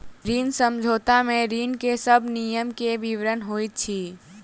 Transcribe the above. ऋण समझौता में ऋण के सब नियम के विवरण होइत अछि